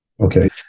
okay